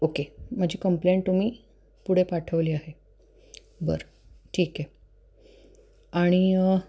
okay माझी complaint तुम्ही पुढे पाठवली आहे बरं ठीक आहे आणि